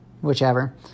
whichever